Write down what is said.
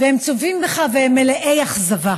והם צופים בך והם מלאי אכזבה,